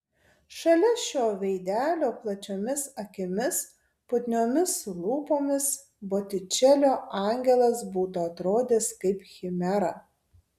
šalia šio veidelio plačiomis akimis putniomis lūpomis botičelio angelas būtų atrodęs kaip chimera